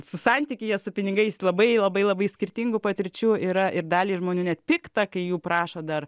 su santykyje su pinigais labai labai labai skirtingų patirčių yra ir daliai žmonių net pikta kai jų prašo dar